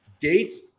gates